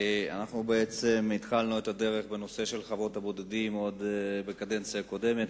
בעצם התחלנו את הדרך בנושא של חוות הבודדים עוד בקדנציה הקודמת,